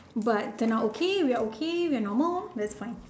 but they are okay we are okay we're normal that's fine